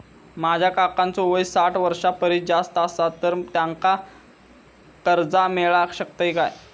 माझ्या काकांचो वय साठ वर्षां परिस जास्त आसा तर त्यांका कर्जा मेळाक शकतय काय?